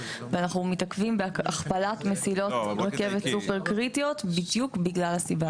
ואנחנו מתעכבים בהכפלת מסילות רכבת סופר קריטיות בדיוק בגלל הסיבה הזאת.